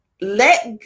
Let